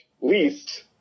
least